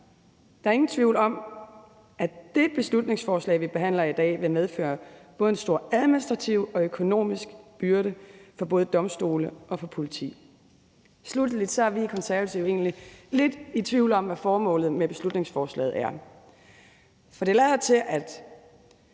Der er ingen tvivl om, at det beslutningsforslag, vi behandler i dag, vil medføre en stor administrativ og økonomisk byrde for både domstole og politi. Sluttelig er vi i Konservative egentlig lidt i tvivl om, hvad formålet med beslutningsforslaget er. For det lader til, at